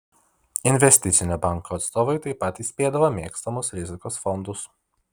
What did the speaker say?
investicinio banko atstovai taip pat įspėdavo mėgstamus rizikos fondus